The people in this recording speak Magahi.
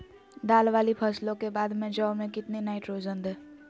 दाल वाली फसलों के बाद में जौ में कितनी नाइट्रोजन दें?